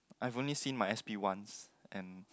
I only seen my S_P once and